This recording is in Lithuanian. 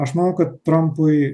aš manau kad trampui